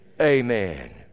Amen